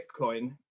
Bitcoin